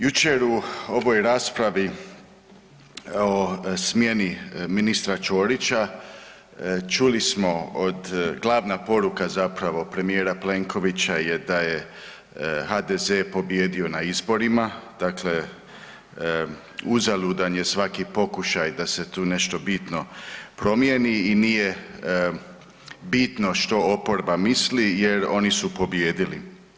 Jučer u ovoj raspravi o smjeni ministra Ćorića čuli smo od, glavna poruka zapravo premijera Plenkovića je da je HDZ pobijedio na izborima, dakle uzalud je svaki pokušaj da se tu nešto bitno promijeni i nije bitno što oporba misli jer oni su pobijedili.